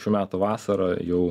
šių metų vasarą jau